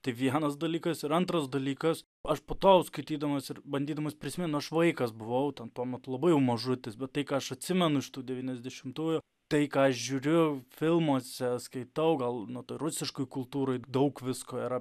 tai vienas dalykas ir antras dalykas aš po to jau skaitydamas ir bandydamas prisimint aš vaikas buvau ten tuo metu labai jau mažutis bet tai ką aš atsimenu iš tų devyniasdešimtųjų tai ką aš žiūriu filmuose skaitau gal na toj rusiškoj kultūroj daug visko yra